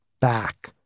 back